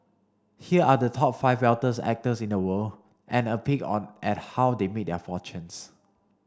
here are the top five wealthiest actors in the world and a peek on at how they made their fortunes